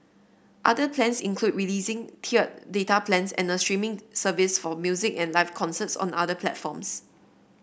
other plans include releasing tiered data plans and a streaming service for music and live concerts on other platforms